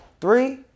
Three